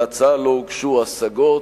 להצעה זו לא הוגשו השגות.